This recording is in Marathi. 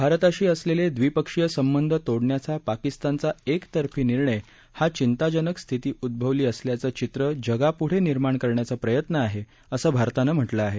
भारताशी असलेले द्वीपक्षीय संबंध तोडण्याचा पाकिस्तानचा एकतर्फी निर्णय हा चिंताजनक स्थिती उद्भवली असल्याचं चित्र जगाप्ढं निर्माण करण्याचा प्रयत्न आहे असं भारतानं म्हटलं आहे